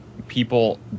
people